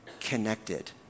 connected